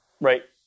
Right